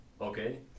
Okay